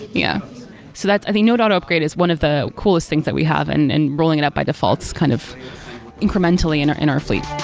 yeah so i think node auto-upgrade is one of the coolest things that we have and and rolling it up by default is kind of incrementally in our in our fleet